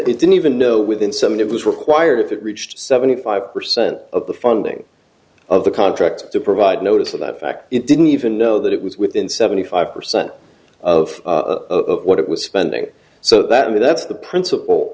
they didn't even know within seven it was required if it reached seventy five percent of the funding of the contract to provide notice of that fact it didn't even know that it was within seventy five percent of what it was spending so that i mean that's the princip